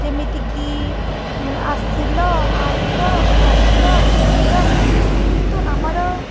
ଯେମିତିକି ଏଁ ଆସିଲ ଆଇଲ ଖାଇଲ ପିଇଲ କିନ୍ତୁ ଆମର